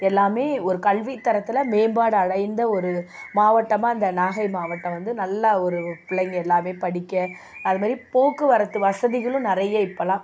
எல்லாமே ஒரு கல்வித் தரத்தில் மேம்பாடு அடைந்த ஒரு மாவட்டமாக இந்த நாகை மாவட்டம் வந்து நல்லா ஒரு பிள்ளைங்க எல்லாமே படிக்க அது மாரி போக்குவரத்து வசதிகளும் நிறைய இப்போலாம்